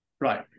right